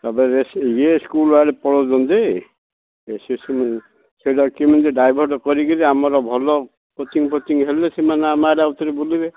ତା'ପରେ ଇଏ ସ୍କୁଲ ଆଡ଼େ ପଳଉଛନ୍ତି ଏ ଶିଶୁମାନେ ସେଇଟା କେମିତି ଡାଇଭର୍ଟ କରିକିରି ଆମର ଭଲ କୋଚିଙ୍ଗ ଫୋଚିଙ୍ଗ ହେଲେ ସେମାନେ ଆମ ଆଡ଼େ ଆଉଥରେ ବୁଲିବେ